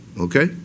Okay